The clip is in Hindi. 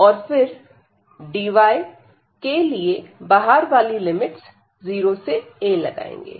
और फिर dyके लिए बाहर वाली लिमिट्स 0 से a लगाएंगे